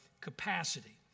capacity